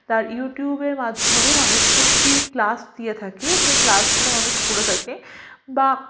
তার ইউটিউবে মাধ্যমে মানুষকে ফ্রি ক্লাস দিয়ে থাকে সে ক্লাসগুলো মানুষ করে থাকে বা